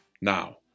Now